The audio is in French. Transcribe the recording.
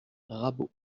rabault